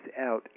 out